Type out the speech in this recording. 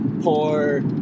poor